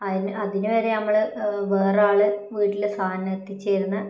അതിന് അതിന് വരെ നമ്മൾ വേറെ ആൾ വീട്ടിൽ സാധനം എത്തിച്ച് തരുന്ന